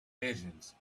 visions